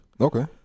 Okay